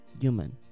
human